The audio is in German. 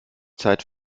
zeit